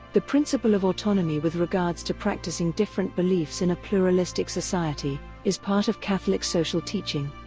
the principle of autonomy with regards to practicing different beliefs in a pluralistic society is part of catholic social teaching.